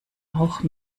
auch